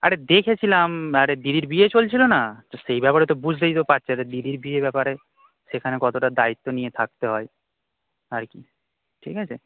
আরে দেখেছিলাম আরে দিদির বিয়ে চলছিলো না তো সেই ব্যপারে তো বুঝতেই তো পারছে যে এটা দিদির বিয়ে ব্যাপারে সেখানে কতোটা দায়িত্ব নিয়ে থাকতে হয় আর কি ঠিক আছে